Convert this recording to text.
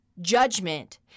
judgment